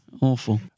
Awful